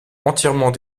entièrement